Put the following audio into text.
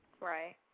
Right